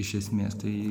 iš esmės tai